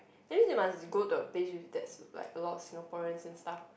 that's mean you must go to a place with that's like a lot of Singaporean and stuff